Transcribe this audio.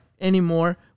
anymore